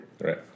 right